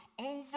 over